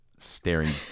Staring